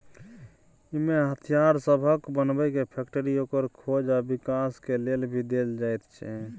इमे हथियार सबहक बनेबे के फैक्टरी, ओकर खोज आ विकास के लेल भी देल जाइत छै